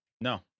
No